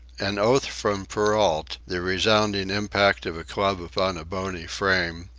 an oath from perrault, the resounding impact of a club upon a bony frame,